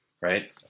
right